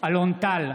אלון טל,